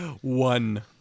One